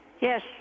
Yes